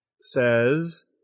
says